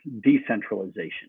decentralization